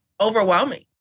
overwhelming